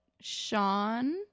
Sean